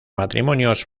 matrimonios